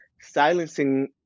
silencing